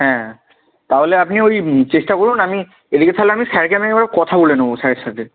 হ্যাঁ তাহলে আপনি ওই চেষ্টা করুন আমি এদিকে তাহলে আমি স্যারকে আমি একবার কথা বলে নেব স্যারের সাথে